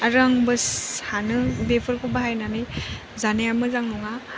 आरो आंबो सानो बेफोरखौ बाहायनानै जानाया मोजां नङा